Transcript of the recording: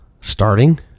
starting